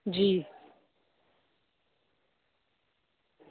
जी